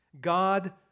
God